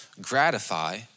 gratify